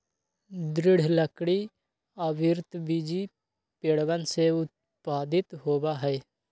दृढ़ लकड़ी आवृतबीजी पेड़वन से उत्पादित होबा हई